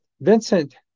Vincent